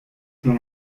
свой